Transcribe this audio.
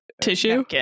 Tissue